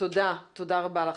תודה רבה לך.